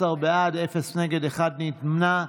16 בעד, אפס נגד, אחד נמנע.